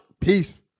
Peace